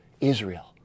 Israel